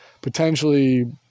potentially